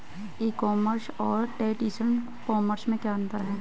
ई commerce और traditional commerce में क्या अंतर है?